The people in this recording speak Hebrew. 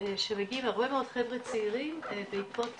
שמגיעים הרבה מאוד חבר'ה צעירים בעקבות